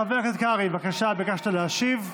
חבר הכנסת קרעי, בבקשה, ביקשת להשיב.